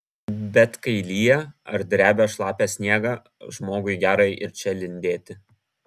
bet kai lyja ar drebia šlapią sniegą žmogui gera ir čia lindėti